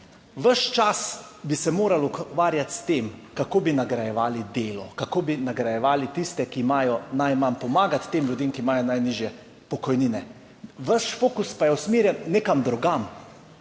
Ves čas bi se morali ukvarjati s tem, kako bi nagrajevali delo, kako bi nagrajevali tiste, ki imajo najmanj, pomagati tem ljudem, ki imajo najnižje pokojnine. Vaš fokus pa je usmerjen nekam drugam,